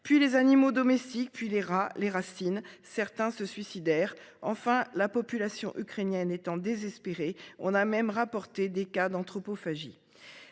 puis les animaux domestiques. Puis les rats les racines. Certains se suicidaire enfin la population ukrainienne étant désespérée. On a même rapporté des cas d'anthropophagie.